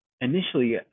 Initially